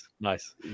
nice